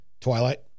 Twilight